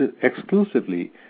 exclusively